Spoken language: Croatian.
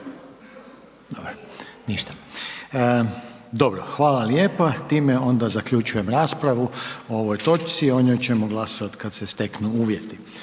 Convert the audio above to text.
Dobro, ništa. Dobro, hvala lijepo, time onda zaključujem raspravu o ovoj točci, o njoj ćemo glasovat kad se steknu uvjeti.